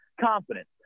confidence